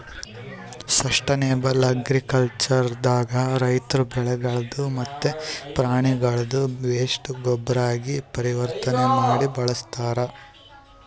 sustainable agriculture ದಾಗ ರೈತರ್ ಬೆಳಿಗಳ್ದ್ ಮತ್ತ್ ಪ್ರಾಣಿಗಳ್ದ್ ವೇಸ್ಟ್ ಗೊಬ್ಬರಾಗಿ ಪರಿವರ್ತನೆ ಮಾಡಿ ಬಳಸ್ತಾರ್